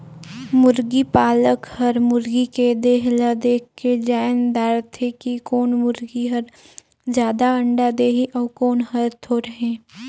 मुरगी पालक हर मुरगी के देह ल देखके जायन दारथे कि कोन मुरगी हर जादा अंडा देहि अउ कोन हर थोरहें